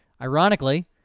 Ironically